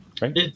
right